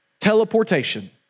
teleportation